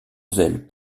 zèle